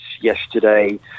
yesterday